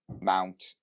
Mount